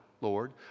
Lord